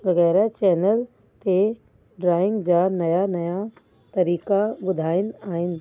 वग़ैरह चैनल ते ड्रॉइंग जा नया नया तरीक़ा ॿुधाईंदा आहिनि